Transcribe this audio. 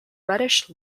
reddish